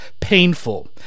painful